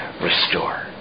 restore